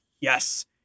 yes